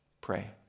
pray